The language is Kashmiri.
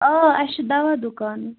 آ اَسہِ چھُ دَوا دُکان